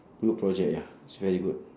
good project ya is very good